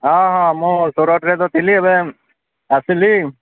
ହଁ ହଁ ମୁଁ ସୁରଟରେ ତ ଥିଲି ଏବେ ଆସିଲି